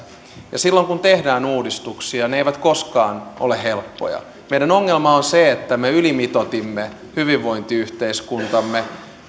ja silloin kun tehdään uudistuksia ne eivät koskaan ole helppoja meidän ongelmamme on se että me ylimitoitimme hyvinvointiyhteiskuntamme